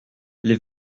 les